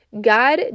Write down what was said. God